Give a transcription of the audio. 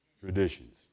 traditions